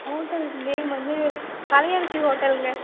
hotel name வந்து கலையரசி ஹோட்டலுங்க